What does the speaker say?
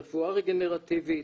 רפואה רגנרטיבית,